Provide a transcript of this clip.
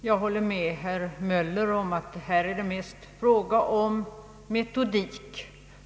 Jag håller med herr Möller om att det här mest är fråga om metodik.